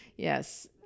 Yes